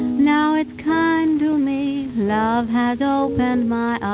now it's kind to me, love has opened my